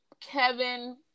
Kevin